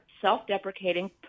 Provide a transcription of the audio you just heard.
self-deprecating